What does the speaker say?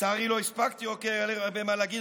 לצערי לא הספקתי, כי היה לי הרבה מה להגיד.